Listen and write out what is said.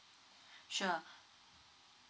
sure